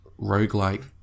roguelike